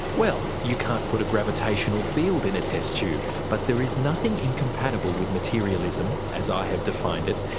well, you can't put a gravitational field in a test tube but there is nothing incompatible with materialism, as i have defined it,